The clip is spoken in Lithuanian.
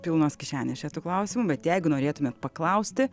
pilnos kišenės čia tų klausimų bet jeigu norėtumėt paklausti